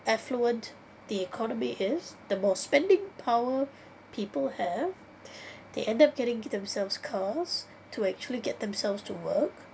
affluent the economy is the more spending power people have they end up getting themselves cars to actually get themselves to work